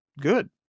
good